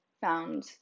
found